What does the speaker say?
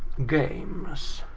games.